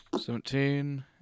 Seventeen